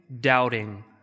doubting